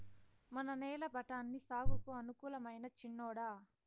మన నేల బఠాని సాగుకు అనుకూలమైనా చిన్నోడా